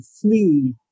flee